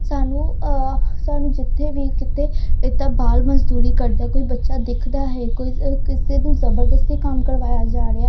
ਸਾਨੂੰ ਸਾਨੂੰ ਜਿੱਥੇ ਵੀ ਕਿਤੇ ਇੱਦਾਂ ਬਾਲ ਮਜ਼ਦੂਰੀ ਕਰਦਾ ਕੋਈ ਬੱਚਾ ਦਿਖਦਾ ਹੈ ਕੋਈ ਕਿਸੇ ਨੂੰ ਜ਼ਬਰਦਸਤੀ ਕੰਮ ਕਰਵਾਇਆ ਜਾ ਰਿਹਾ